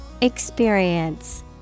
Experience